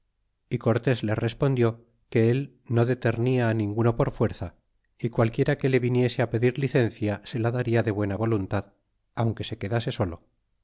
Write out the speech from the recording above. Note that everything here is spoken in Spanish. y cortés les respondió que él no deternia ninguno por fuerza é qualquiera que le viniese á pedir licencia se la daria de buena voluntad aunque se quedase solo